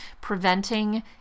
Preventing